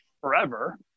forever